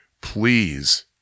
please